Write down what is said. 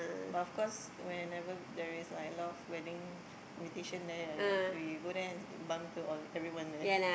but of course whenever there is like a lot of wedding invitation there ya ya we go there and bump into everyone there